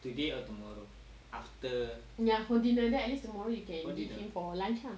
ya for dinner then at least tomorrow you can eat it for lunch lah